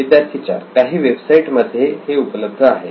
विद्यार्थी 4 काही वेबसाईट्स मध्ये हे उपलब्ध आहे